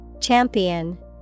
Champion